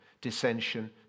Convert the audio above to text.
Dissension